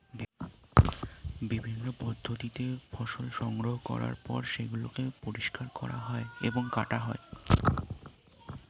বিভিন্ন পদ্ধতিতে ফসল সংগ্রহ করার পর সেগুলোকে পরিষ্কার করা হয় এবং কাটা হয়